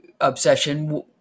obsession